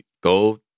go